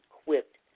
equipped